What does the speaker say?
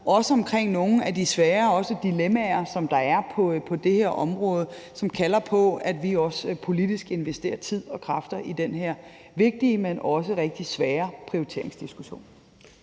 også omkring nogle af de svære dilemmaer, som der er på det her område, og som kalder på, at vi også politisk investerer tid og kræfter i den her vigtige, men også rigtig svære prioriteringsdiskussion.